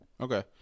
Okay